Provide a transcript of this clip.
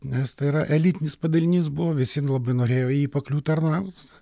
nes tai yra elitinis padalinys buvo visi labai norėjo į jį pakliūt tarnaut